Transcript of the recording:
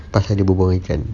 pasal dia berbual ikan